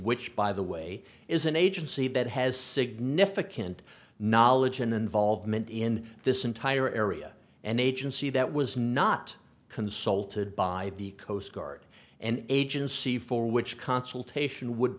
which by the way is an agency that has significant knowledge an involvement in this entire area and agency that was not consulted by the coast guard and agency for which consultation would